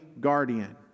guardian